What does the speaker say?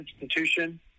Institution